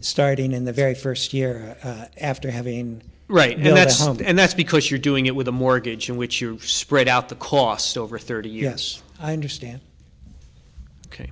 starting in the very first year after having right now that's not and that's because you're doing it with a mortgage in which you spread out the cost over thirty yes i understand ok